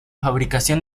fabricación